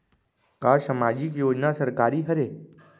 का सामाजिक योजना सरकारी हरे?